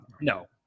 no